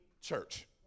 church